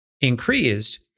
increased